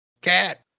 Cat